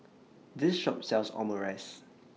This Shop sells Omurice